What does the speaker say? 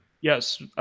Yes